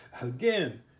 Again